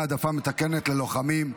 (תיקון, העדפה מתקנת ללוחמים),